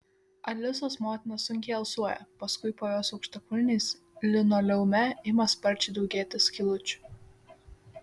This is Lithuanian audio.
alisos motina sunkiai alsuoja paskui po jos aukštakulniais linoleume ima sparčiai daugėti skylučių